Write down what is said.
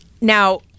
Now